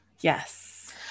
Yes